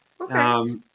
Okay